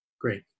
Great